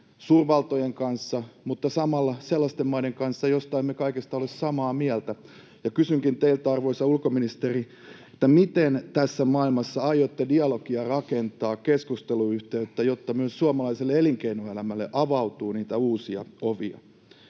suurvaltojen kanssa mutta samalla sellaisten maiden kanssa, joiden kanssa emme kaikesta ole samaa mieltä. Kysynkin teiltä, arvoisa ulkoministeri: miten tässä maailmassa aiotte dialogia ja keskusteluyhteyttä rakentaa, jotta myös suomalaiselle elinkeinoelämälle avautuu niitä uusia ovia?